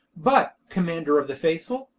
but, commander of the faithful,